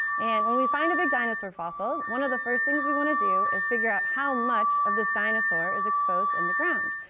and when we find a big dinosaur fossil, one of the first things we want to do is figure out how much of this dinosaur is exposed in the ground.